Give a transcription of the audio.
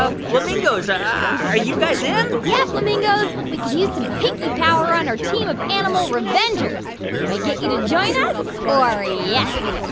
ah flamingos, um are you guys in? yeah, flamingos, we could use some pinky power on our team of animal revengers. can and we get you to join us or yeah